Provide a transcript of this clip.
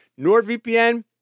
NordVPN